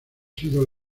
sido